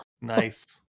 nice